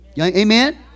Amen